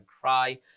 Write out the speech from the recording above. cry